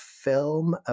film